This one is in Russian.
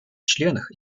членах